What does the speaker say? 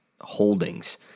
holdings